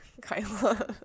Kyla